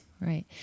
right